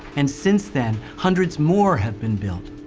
and since then, hundreds more have been built,